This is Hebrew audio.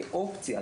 כאופציה,